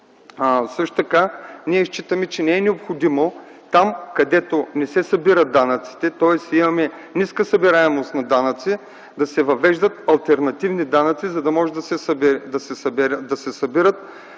Също така ние считаме, че не е необходимо там, където не се събират данъците, тоест имаме ниска събираемост, да се въвеждат алтернативни данъци, за да могат да се събират